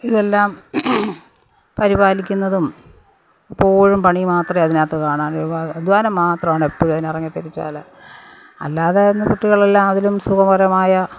ഇതെല്ലാം പരിപാലിക്കുന്നതും എപ്പോഴും പണി മാത്രമെ അതിനകത്ത് കാണാനുള്ളു അധ്വാനം മാത്രമാണ് എപ്പോഴും അതിന് ഇറങ്ങി തിരിച്ചാല് അല്ലാതെ കുട്ടികൾ എല്ലാ അതിലും സുഖകരമായ